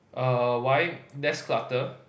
err why desk clutter